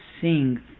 sing